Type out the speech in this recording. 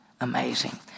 amazing